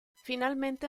finalmente